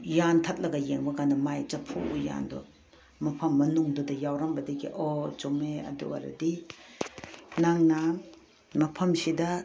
ꯌꯥꯟꯊꯠꯂꯒ ꯌꯦꯡꯕ ꯀꯥꯟꯗ ꯃꯥꯏ ꯆꯐꯨ ꯎꯌꯥꯟꯗꯨ ꯃꯐꯝ ꯃꯅꯨꯡꯗꯨꯗ ꯌꯥꯎꯔꯝꯕꯗꯒꯤ ꯑꯣ ꯆꯨꯝꯃꯦ ꯑꯗꯨ ꯑꯣꯏꯔꯗꯤ ꯅꯪꯅ ꯃꯐꯝꯁꯤꯗ